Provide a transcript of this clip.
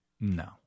No